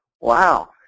Wow